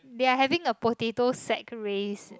they are having a potato sack race